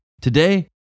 Today